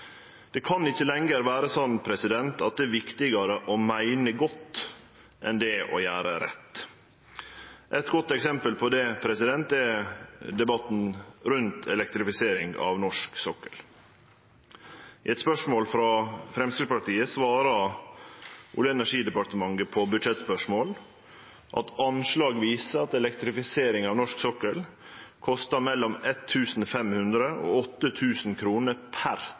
Det kan ikkje lenger vere slik at det er viktigare å meine godt enn det er å gjere rett. Eit godt eksempel på det er debatten rundt elektrifisering av norsk sokkel. På eit budsjettspørsmål frå Framstegspartiet svarer Olje- og energidepartementet at anslag viser at elektrifisering av norsk sokkel kostar mellom 1 500 og 8 000 kr per